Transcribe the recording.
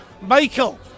Michael